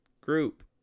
group